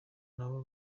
nabo